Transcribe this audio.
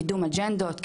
קידום אג'נדות,